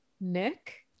Nick